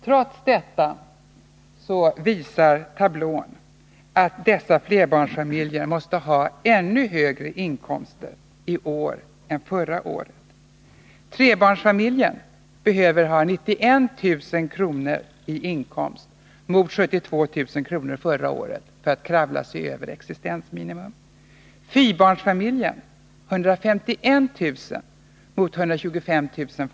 Trots detta visar tablån att dessa flerbarnsfamiljer måste ha ännu högre inkomster i år än förra året. Trebarnsfamiljen behöver 91 000 kr. i inkomst mot 72000 kr. förra året för att kravla sig över existensminimum, fyrbarnsfamiljen 151 000 mot 125 000 kr.